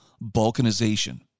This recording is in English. Balkanization